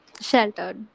sheltered